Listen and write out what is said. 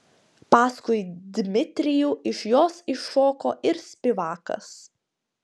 paskui dmitrijų iš jos iššoko ir spivakas